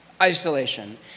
isolation